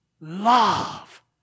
love